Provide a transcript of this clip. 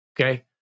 Okay